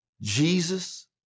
Jesus